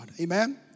Amen